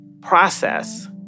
process